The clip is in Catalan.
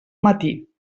matí